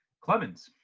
clemens!